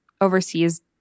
overseas